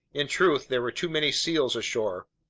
in truth, there were too many seals ashore,